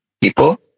people